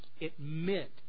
admit